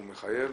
הוא מחייב,